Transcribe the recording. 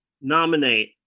nominate